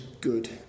good